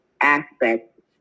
aspects